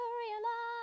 realize